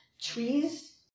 trees